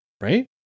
right